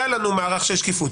היה לנו מערך שקיפות.